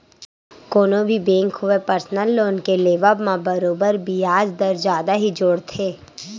कोनो भी बेंक होवय परसनल लोन के देवब म बरोबर बियाज दर जादा ही जोड़थे